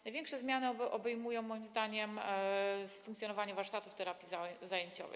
Największe zmiany obejmują moim zdaniem funkcjonowanie warsztatów terapii zajęciowej.